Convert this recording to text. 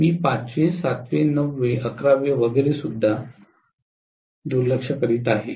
मी पाचवे सातवे नववे अकरावे वगैरेकडे दुर्लक्ष करीत आहे